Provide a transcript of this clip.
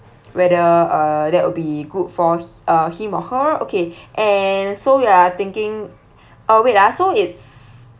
whether uh that would be good for uh him or her okay and so we are thinking uh wait ah so it's